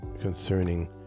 concerning